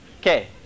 okay